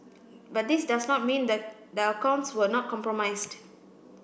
but this does not mean that the accounts were not compromised